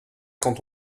quand